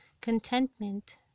contentment